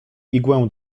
igłę